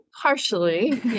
Partially